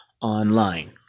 online